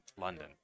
london